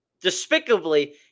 despicably